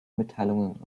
mitteilungen